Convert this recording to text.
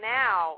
now